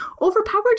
Overpowered